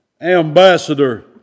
ambassador